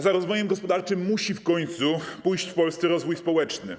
Za rozwojem gospodarczym musi w końcu pójść w Polsce rozwój społeczny.